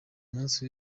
munsi